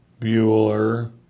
Bueller